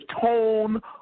tone